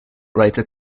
writer